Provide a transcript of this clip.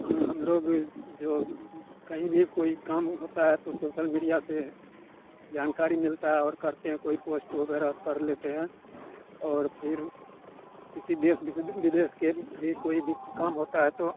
हम लोग भी जो कही भी कोई काम होता है तो सोसल मीडिया से जानकारी मिलती है और करते हैं कोई पोस्ट वग़ैरह कर लेते हैं और फिर किसी देश विदेश के लिए कोई भी काम होता है तो